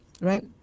right